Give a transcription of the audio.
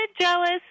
jealous